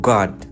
God